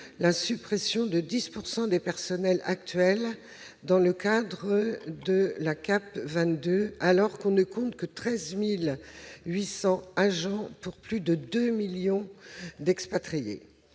la suppression de 10 % des personnels actuels dans le cadre du plan Action publique 2022, alors qu'on ne compte que 13 800 agents pour plus de deux millions d'expatriés.